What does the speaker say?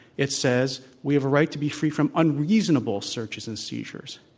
it says we have a right to be free from unreasonable searches and seizures.